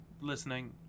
listening